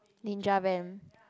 Ninja Van